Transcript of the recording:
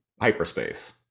hyperspace